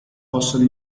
possono